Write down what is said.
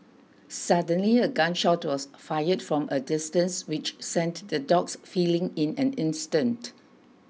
suddenly a gun shot was fired from a distance which sent the dogs fleeing in an instant